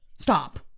Stop